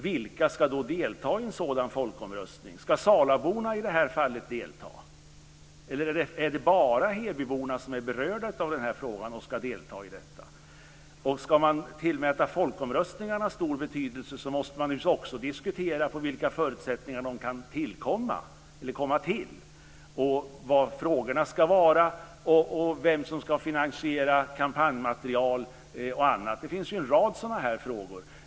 Vilka ska då delta i en sådan folkomröstning? Ska salaborna i det här fallet delta? Eller är det bara hebyborna, som är berörda av frågan, som ska delta? Ska man tillmäta folkomröstningar stor betydelse måste man också diskutera under vilka förutsättningar de kan komma till, hur frågorna ska formuleras, vem som ska finansiera kampanjmaterial och annat. Det finns en rad frågor av den här typen.